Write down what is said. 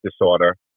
disorder